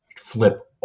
flip